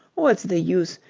what's the use?